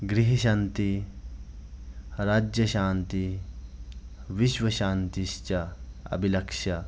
गृहशान्तिं राज्यशान्तिं विश्वशान्तिं च अभिलक्ष्य